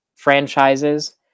franchises